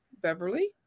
Beverly